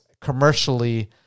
commercially